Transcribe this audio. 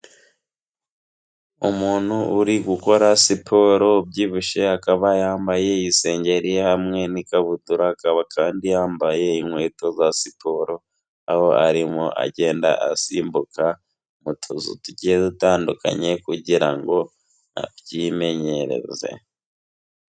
Umuntu uri gukora siporo ubyibushye, akaba yambaye isengeri hamwe n'ikabutura, akaba kandi yambaye inkweto za siporo, aho arimo agenda asimbuka utuzu tugiye dutandukanye kugira ngo abyimenyereze.